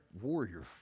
warrior